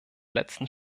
letzten